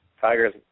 Tigers